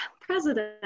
president